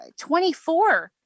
24